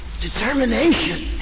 determination